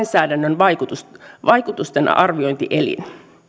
perustaa lainsäädännön vaikutusten arviointielin